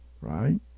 right